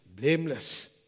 blameless